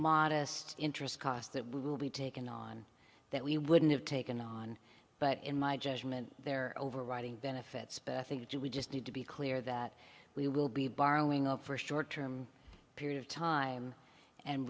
modest interest cost that we will be taken on that we wouldn't have taken on but in my judgment there overriding benefits but i think we just need to be clear that we will be borrowing up for short term period of time and